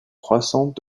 croissante